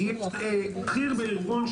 הגיע בכיר בארגון,